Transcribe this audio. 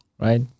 right